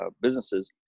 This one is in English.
businesses